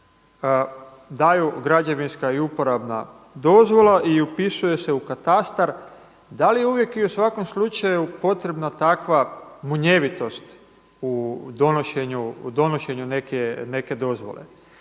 daju građevinska i uporabna dozvola i upisuje se u katastar. Da li uvijek i u svakom slučaju potrebna takva munjevitost u donošenju neke dozvole?